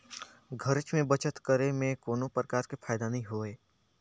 घरेच में बचत करे में कोनो परकार के फायदा नइ होय